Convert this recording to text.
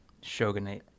Shogunate